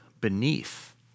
beneath